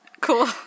Cool